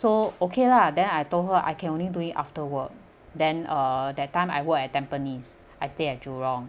so okay lah then I told her I can only do it after work then uh that time I work at tampines I stay at jurong